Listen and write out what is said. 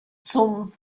zum